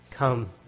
come